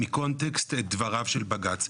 מקונטקסט את דבריו של בג"ץ.